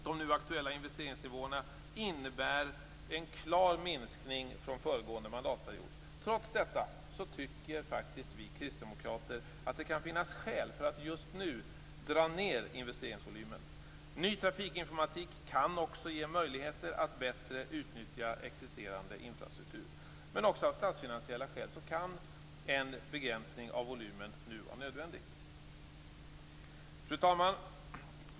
De nu aktuella investeringsnivåerna innebär en klar minskning från föregående mandatperiod. Trots detta anser vi kristdemokrater att det kan finnas skäl för att nu dra ned investeringsvolymen. Ny trafikinformatik kan också ge möjligheter att bättre utnyttja existerande infrastruktur. Men också av statsfinansiella skäl kan en begränsning av volymen nu vara nödvändig. Fru talman!